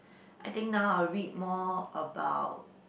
I think now I'll read more about